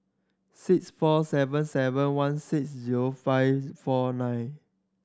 six four seven seven one six zero five four nine